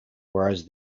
whereas